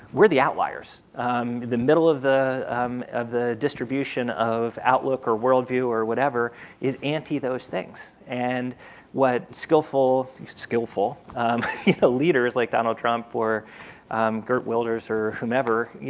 we're the outliers. in the middle of the um of the distribution of outlook or worldview or whatever is anti those things. and what skillful skillful ah leaders like donald trump or geert wilders, or whomever, yeah